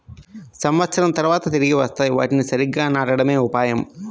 సంవత్సరం తర్వాత తిరిగి వస్తాయి, వాటిని సరిగ్గా నాటడమే ఉపాయం